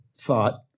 thought